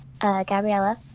gabriella